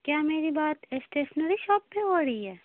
کیا میری بات اسٹیشنری شاپ پہ ہو رہی ہے